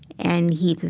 and he